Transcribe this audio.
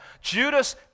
Judas